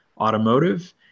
Automotive